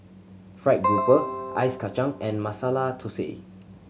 fried grouper Ice Kachang and Masala Thosai